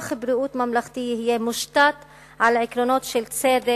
בריאות ממלכתי יהיה "מושתת על עקרונות של צדק,